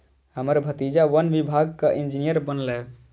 हमर भतीजा वन विभागक इंजीनियर बनलैए